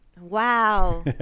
Wow